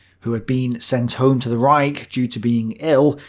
who had been sent home to the reich due to being ill,